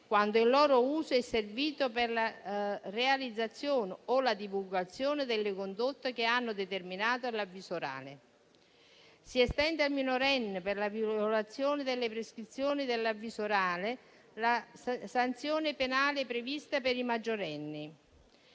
quando il loro uso è servito per la realizzazione o la divulgazione delle condotte che hanno determinato l'avviso orale. Si estende al minorenne, per la violazione delle prescrizioni dell'avviso orale, la sanzione penale prevista per i maggiorenni,